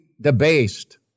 debased